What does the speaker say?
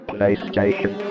PlayStation